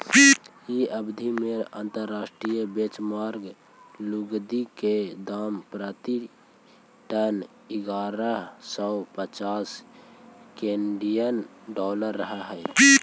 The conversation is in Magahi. इ अवधि में अंतर्राष्ट्रीय बेंचमार्क लुगदी के दाम प्रति टन इग्यारह सौ पच्चास केनेडियन डॉलर रहऽ हई